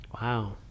Wow